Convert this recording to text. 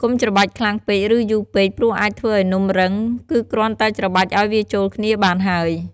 កុំច្របាច់ខ្លាំងពេក ឬយូរពេក ព្រោះអាចធ្វើឱ្យនំរឹង គឺគ្រាន់តែច្របាច់ឱ្យវាចូលគ្នាបានហើយ។